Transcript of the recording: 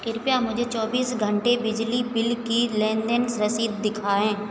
कृपया मुझे चौबीस घंटे बिजली बिल की लेन देन रसीद दिखाएँ